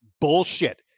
bullshit